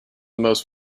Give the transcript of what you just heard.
most